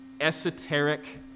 esoteric